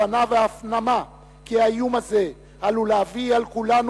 הבנה והפנמה כי האיום הזה עלול להביא על כולנו